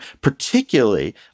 particularly